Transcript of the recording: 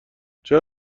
چرا